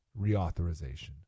reauthorization